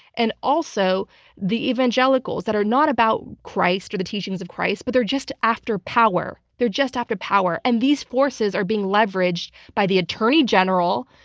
and also the evangelicals that are not about christ or the teachings of christ, but they're just after power. they're just after power, and these forces are being leveraged by the attorney general,